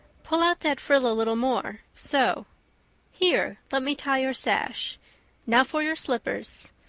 pull out that frill a little more so here, let me tie your sash now for your slippers.